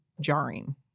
jarring